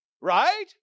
Right